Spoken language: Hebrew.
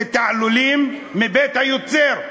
זה תעלולים מבית היוצר.